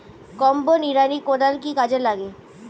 Combo নিড়ানি কোদাল কি কাজে লাগে?